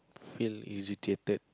feel agitated